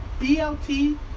BLT